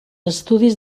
estudis